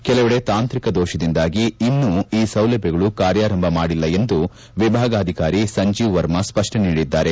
ಕೆಲವೆಡೆ ತಾಂತ್ರಿಕ ದೋಷದಿಂದಾಗಿ ಇನ್ನೂ ಈ ಸೌಲಭ್ಯಗಳು ಕಾರ್ಯಾರಂಭ ಮಾಡಿಲ್ಲ ಎಂದು ವಿಭಾಗಾಧಿಕಾರಿ ಸಂಜೀವ್ ವರ್ಮ ಸ್ಪಷ್ಟನೆ ನೀಡಿದ್ದಾರೆ